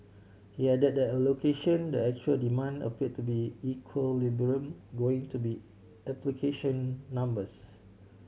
he added that the allocation the actual demand appear to be equilibrium going to be application numbers